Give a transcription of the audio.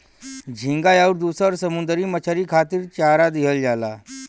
झींगा आउर दुसर समुंदरी मछरी खातिर चारा दिहल जाला